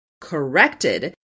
corrected